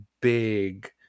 big